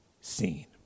seen